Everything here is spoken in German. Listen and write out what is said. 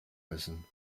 müssen